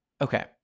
Okay